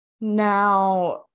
Now